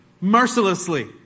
mercilessly